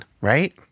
right